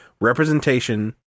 representation